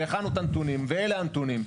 הכנו את הנתונים ואלה הנתונים.